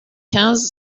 quinze